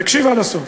תקשיב עד הסוף.